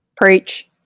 Preach